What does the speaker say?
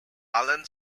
alan